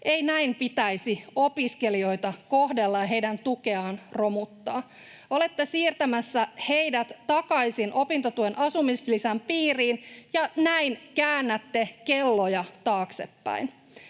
Ei näin pitäisi opiskelijoita kohdella ja heidän tukeaan romuttaa. Olette siirtämässä heidät takaisin opintotuen asumislisän piiriin, ja näin käännätte kelloja taaksepäin.